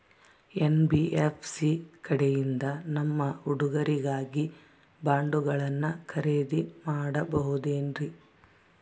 NBFC ಕಡೆಯಿಂದ ನಮ್ಮ ಹುಡುಗರಿಗಾಗಿ ಬಾಂಡುಗಳನ್ನ ಖರೇದಿ ಮಾಡಬಹುದೇನ್ರಿ?